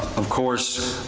of course,